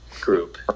group